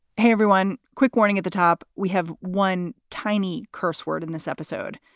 hey, everyone. quick warning at the top. we have one tiny curse word in this episode.